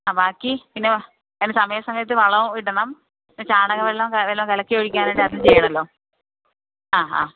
ആ ബാക്കി പിന്നെ സമയാസമയത്ത് വളവും ഇടണം പിന്നെ ചാണകവെള്ളം വല്ലതും കലക്കിയൊഴിക്കാനായിട്ട് അതും ചെയ്യണമല്ലോ ആ ആ